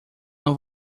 não